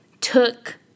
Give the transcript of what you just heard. took